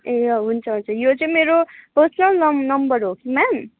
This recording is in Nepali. ए हुन्छ हुन्छ यो चाहिँ मेरो पर्सनल नम् नम्बर हो कि म्याम